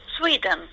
Sweden